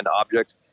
object